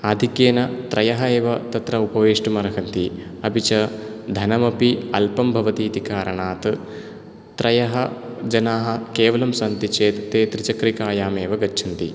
आधिक्येन त्रयः एव तत्र उपवेष्टुम् अर्हन्ति अपि च धनम् अपि अल्पं भवति इति कारणात् त्रयः जनाः केवलं सन्ति चेत् ते त्रिचक्रिकायाम् एव गच्छन्ति